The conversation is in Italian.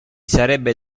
sarebbe